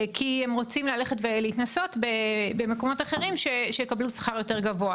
כי הם רוצים ללכת ולהתנסות במקומות אחרים שיקבלו בהם שכר יותר גבוה.